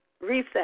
reset